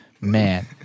man